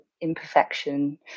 imperfection